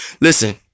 Listen